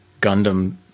Gundam